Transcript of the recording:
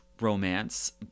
romance